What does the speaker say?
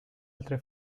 altre